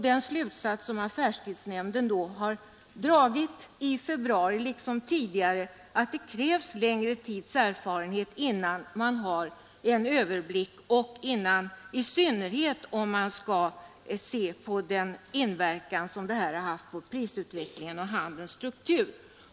Den slutsats som affärstidsnämnden då har dragit i februari liksom tidigare är att det krävs längre tids erfarenhet innan man kan få en överblick, i synnerhet om man skall se på inverkan på prisutvecklingen och handelns struktur.